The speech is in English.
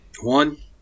One